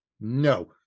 No